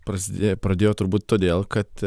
prasidėjo pradėjo turbūt todėl kad